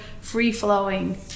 free-flowing